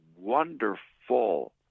wonderful